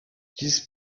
dies